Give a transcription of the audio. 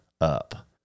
up